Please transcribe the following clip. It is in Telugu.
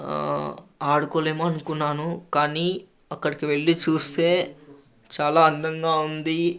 ఆడుకోలేము అనుకున్నాను కానీ అక్కడికి వెళ్ళి చూస్తే చాలా అందంగా ఉంది